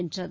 வென்றது